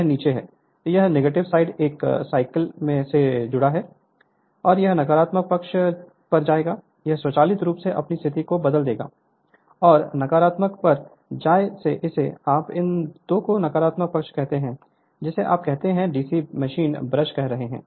यह नीचे है यह नेगेटिव साइड एक साइकिल से जुड़ा हुआ है तो यह नकारात्मक पक्ष पर जाएगा यह स्वचालित रूप से अपनी स्थिति को बदल देगा और नकारात्मक पर जाएं जिसे आप इस दो के नकारात्मक पक्ष कहते हैं जिसे आप कहते हैं डीसी मशीन ब्रश कह रहे हैं